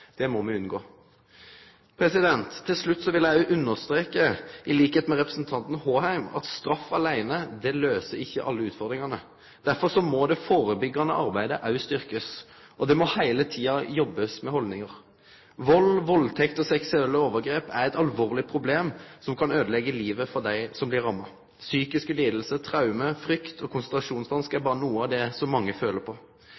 Det må me unngå. Til slutt vil eg òg understreke, til liks med representanten Håheim, at straff aleine ikkje løyser alle utfordringane. Derfor må det førebyggjande arbeidet òg styrkjast, og ein må heile tida jobbe med haldningar. Vald, valdtekt og seksuelle overgrep er eit alvorleg problem som kan øydeleggje livet for dei som blir ramma. Psykiske lidingar, traume, frykt og konsentrasjonsvanskar er berre noko av det mange føler på.